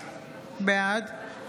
בעד